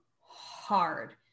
hard